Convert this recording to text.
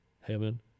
heaven